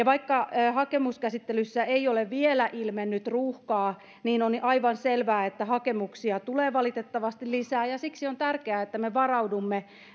vaikka hakemuskäsittelyssä ei ole vielä ilmennyt ruuhkaa niin on aivan selvää että hakemuksia tulee valitettavasti lisää ja siksi on tärkeää että me varaudumme